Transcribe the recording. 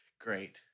Great